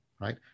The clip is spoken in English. right